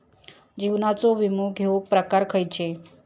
जीवनाचो विमो घेऊक प्रकार खैचे?